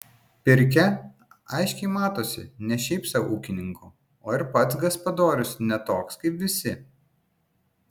pirkia aiškiai matosi ne šiaip sau ūkininko o ir pats gaspadorius ne toks kaip visi